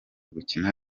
gukina